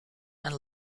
and